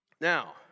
Now